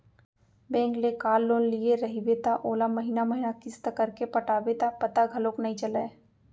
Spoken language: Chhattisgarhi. बेंक ले कार लोन लिये रइबे त ओला महिना महिना किस्त करके पटाबे त पता घलौक नइ चलय